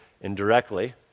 indirectly